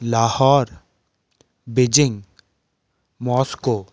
Lahore Beijing Moscow